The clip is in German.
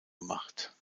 gemacht